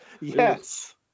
Yes